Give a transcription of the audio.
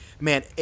Man